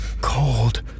cold